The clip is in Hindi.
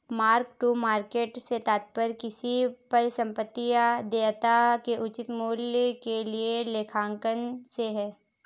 मार्क टू मार्केट से तात्पर्य किसी परिसंपत्ति या देयता के उचित मूल्य के लिए लेखांकन से है